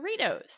Doritos